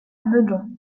meudon